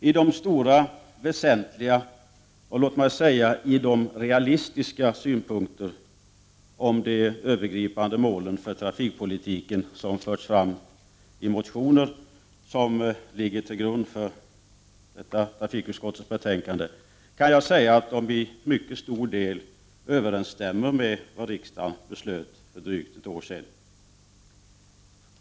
Om de stora, väsentliga och — låt mig säga det — realistiska synpunkter på de övergripande målen för trafikpolitiken som förts fram i de motioner som ligger till grund för trafikutskottets betänkande kan jag säga att de till mycket stor del överensstämmer med vad riksdagen beslöt för drygt ett år sedan.